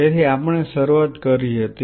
તેથી આપણે શરૂઆત કરી હતી